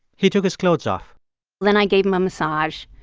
he took his clothes off then i gave him a massage.